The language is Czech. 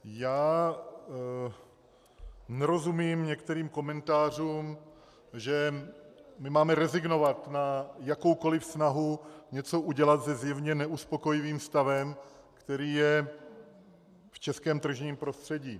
Já nerozumím některým komentářům, že my máme rezignovat na jakoukoliv snahu něco udělat se zjevně neuspokojivým stavem, který je v českém tržním prostředí.